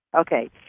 Okay